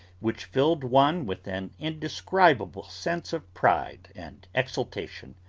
which filled one with an indescribable sense of pride and exultation.